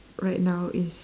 right now is